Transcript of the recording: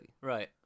Right